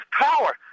power